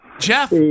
Jeff